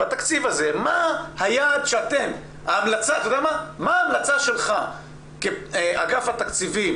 בתקציב הזה מה ההמלצה שלך כאגף התקציבים